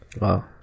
Wow